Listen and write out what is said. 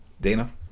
Dana